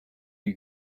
you